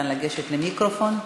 אפשר לגשת למיקרופון.